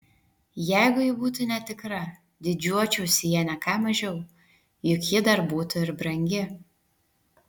jeigu ji būtų netikra didžiuočiausi ja ne ką mažiau juk ji dar būtų ir brangi